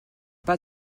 pas